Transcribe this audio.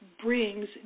brings